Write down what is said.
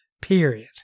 period